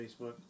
Facebook